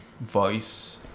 voice